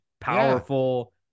Powerful